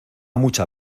mucha